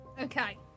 Okay